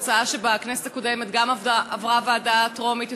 זו הצעה שגם בכנסת הקודמת עברה קריאה טרומית.